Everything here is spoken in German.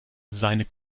seine